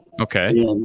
Okay